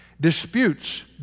Disputes